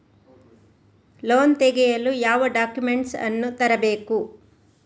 Loan ತೆಗೆಯಲು ಯಾವ documents ಅನ್ನು ತರಬೇಕು?